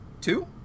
two